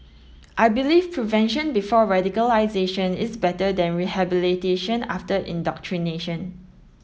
I believe prevention before radicalisation is better than rehabilitation after indoctrination